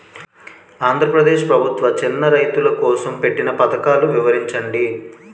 ఆంధ్రప్రదేశ్ ప్రభుత్వ చిన్నా రైతుల కోసం పెట్టిన పథకాలు వివరించండి?